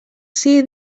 see